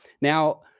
Now